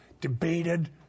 debated